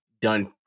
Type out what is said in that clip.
done